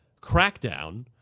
Crackdown